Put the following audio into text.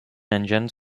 engines